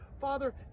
father